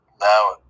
now